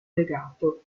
legato